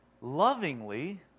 lovingly